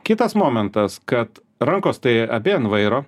kitas momentas kad rankos tai abi ant vairo